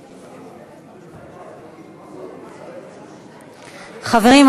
חברים,